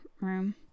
room